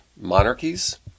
monarchies